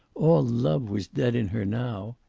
all love was dead in her now.